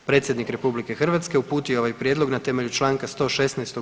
Predsjednik RH uputio je ovaj prijedlog na temelju Članka 116.